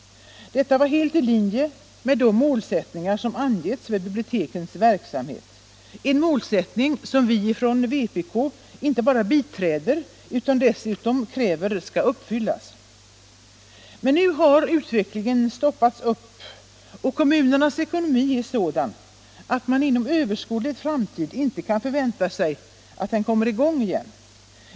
Detta var helt i linje med den målsättning som angetts för bibliotekens verksamhet, en målsättning som vpk inte bara biträder — vi kräver dessutom att den skall uppfyllas. Men nu har utvecklingen stoppats upp, och kommunernas ekonomi är sådan att man inom överskådlig framtid inte kan förvänta sig att den kommer i gång igen.